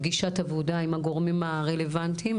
פגישת עבודה עם הגורמים הרלוונטיים.